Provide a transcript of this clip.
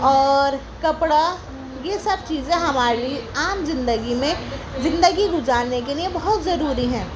اور کپڑا یہ سب چیزیں ہماری عام زندگی میں زندگی گزارنے کے لئے بہت ضروری ہیں